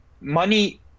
money